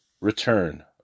return